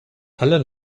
alle